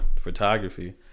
photography